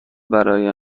برای